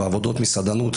בעבודות מסעדנות,